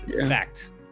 fact